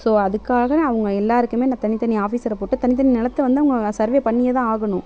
so அதுக்காக அவங்க எல்லாருக்குமே அந்த தனித்தனி ஆஃபீஸரை போட்டு தனித்தனி நிலத்த வந்து அவங்க சர்வே பண்ணியேதான் ஆகணும்